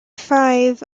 five